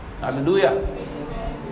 Hallelujah